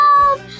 love